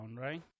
right